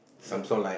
no